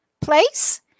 place